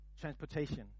transportation